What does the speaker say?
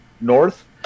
North